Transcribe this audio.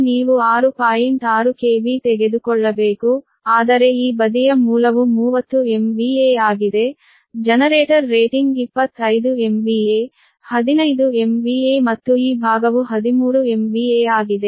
6 KV ತೆಗೆದುಕೊಳ್ಳಬೇಕು ಆದರೆ ಈ ಬದಿಯ ಮೂಲವು 30 MVA ಆಗಿದೆ ಜನರೇಟರ್ ರೇಟಿಂಗ್ 25 MVA 15 MVA ಮತ್ತು ಈ ಭಾಗವು 13 MVA ಆಗಿದೆ